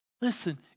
Listen